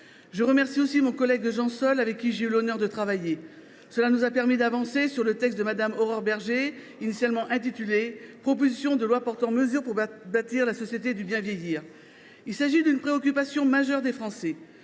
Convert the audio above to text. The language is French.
Je remercie aussi mon collègue Jean Sol, avec qui j’ai eu l’honneur de travailler. Cela nous a permis d’avancer sur le texte de Mme Aurore Bergé, initialement intitulé « proposition de loi portant mesures pour bâtir la société du bien vieillir ». Il s’agit d’une préoccupation majeure des Français.